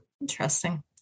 interesting